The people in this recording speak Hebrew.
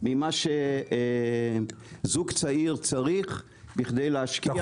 ממה שזוג צעיר צריך בכדי להשקיע --- אתה